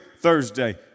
Thursday